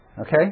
Okay